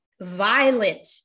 violent